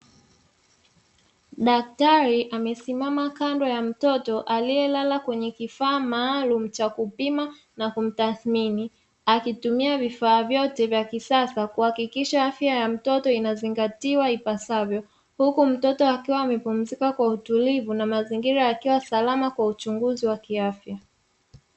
Daktari amesimama kando ya mtoto aliyelala kwenye kifaa maalumu cha kupima na kumtathmini, akitumia vifaa vyote vya kisasa kuhakikisha afya ya mtoto inazingatiwa ipasavyo, huku mtoto akiwa amepumnzika kwa utulivu na mazingira yakiwa salama kwa uchunguzi wa kiafya.